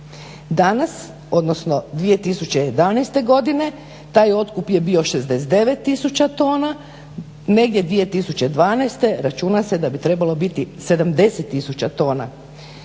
Danas odnosno 2011. godine taj otkup je bio 69 tisuća tona, negdje 2012. računa se da bi trebalo biti 70 tisuća tona.